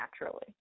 naturally